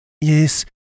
yes